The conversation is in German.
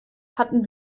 hatten